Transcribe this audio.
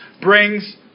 brings